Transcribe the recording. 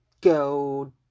go